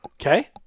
Okay